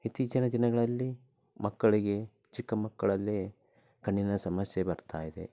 ಇತ್ತೀಚಿನ ದಿನಗಳಲ್ಲಿ ಮಕ್ಕಳಿಗೆ ಚಿಕ್ಕ ಮಕ್ಕಳಲ್ಲೇ ಕಣ್ಣಿನ ಸಮಸ್ಯೆ ಬರ್ತಾ ಇದೆ